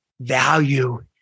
value